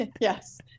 Yes